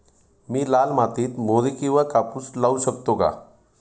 मी लाल मातीत मोहरी किंवा कापूस लावू शकतो का?